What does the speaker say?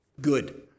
Good